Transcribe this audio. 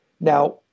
Now